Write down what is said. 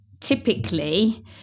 Typically